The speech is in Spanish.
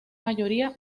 mayoría